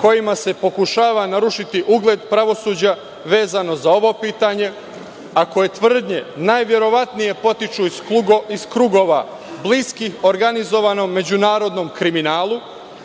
kojima se pokušava narušiti ugled pravosuđa vezano za ovo pitanje, a koje tvrdnje najverovatnije potiču iz krugova bliskih organizovanom međunarodnom kriminalu,